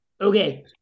Okay